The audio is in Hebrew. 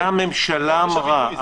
את זה הממשלה אמרה.